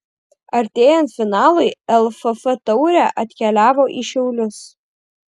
artėjant finalui lff taurė atkeliavo į šiaulius